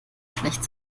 schlecht